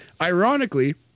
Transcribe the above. Ironically